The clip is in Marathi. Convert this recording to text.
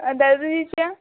दरवेळीच्या